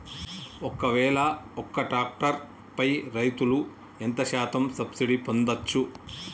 ఒక్కవేల ఒక్క ట్రాక్టర్ పై రైతులు ఎంత శాతం సబ్సిడీ పొందచ్చు?